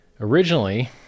Originally